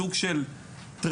זהו סוג של טרנד.